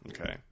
Okay